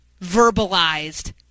verbalized